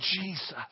Jesus